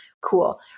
Cool